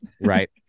right